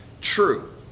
true